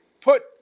put